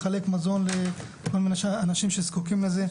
לחלק מזון לאנשים שזקוקים לזה,